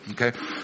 Okay